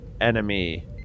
enemy